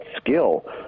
skill